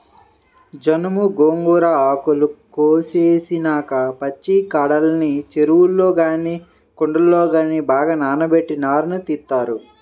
జనుము, గోంగూర ఆకులు కోసేసినాక పచ్చికాడల్ని చెరువుల్లో గానీ కుంటల్లో గానీ బాగా నానబెట్టి నారను తీత్తారు